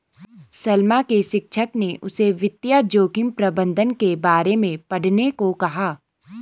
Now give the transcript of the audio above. सलमा के शिक्षक ने उसे वित्तीय जोखिम प्रबंधन के बारे में पढ़ने को कहा